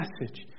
message